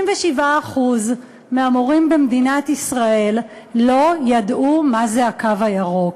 57% מהמורים במדינת ישראל לא ידעו מה זה הקו הירוק.